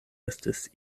estis